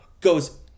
goes